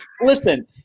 listen